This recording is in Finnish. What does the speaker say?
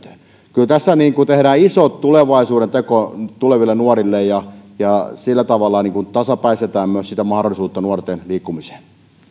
kyllä tässä tehdään iso tulevaisuuden teko tuleville nuorille ja ja sillä tavalla tasapäistetään myös mahdollisuutta nuorten liikkumiseen